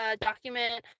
document